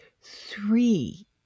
three